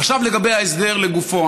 עכשיו לגבי ההסדר לגופו.